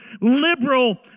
liberal